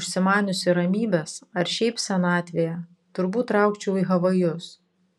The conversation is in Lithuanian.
užsimaniusi ramybės ar šiaip senatvėje turbūt traukčiau į havajus